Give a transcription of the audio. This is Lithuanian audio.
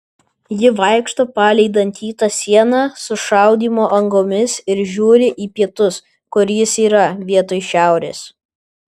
ji vaikšto palei dantytą sieną su šaudymo angomis ir žiūri į pietus kur jis yra vietoj šiaurės